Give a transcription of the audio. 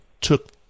took